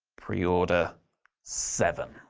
preorder seven.